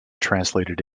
translated